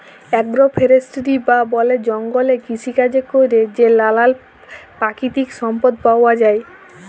agro forestry বা বলে জঙ্গলে কৃষিকাজে ক্যরে যে লালাল পাকিতিক সম্পদ পাউয়া যায়